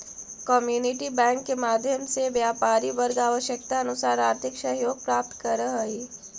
community bank के माध्यम से व्यापारी वर्ग आवश्यकतानुसार आर्थिक सहयोग प्राप्त करऽ हइ